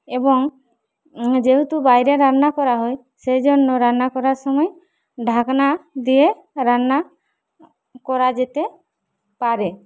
এবং যেহেতু বাইরে রান্না করা হয় সেজন্য রান্না করার সময় ঢাকনা দিয়ে রান্না করা যেতে পারে